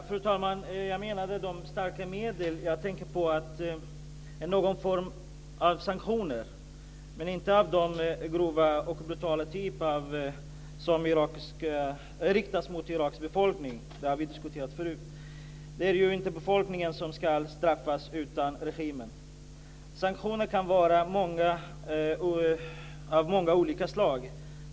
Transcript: Fru talman! När jag talar om starka medel tänker jag på någon form av sanktioner, men inte av den grova och brutala typ som riktas mot Iraks befolkning. Det har vi diskuterat förut. Det är ju inte befolkningen som ska straffas utan regimen. Sanktioner kan vara av många olika slag.